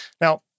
Now